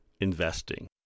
Investing